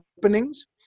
openings